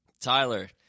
Tyler